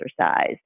exercise